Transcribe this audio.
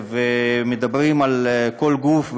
ומדובר על כל גוף,